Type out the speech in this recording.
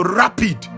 rapid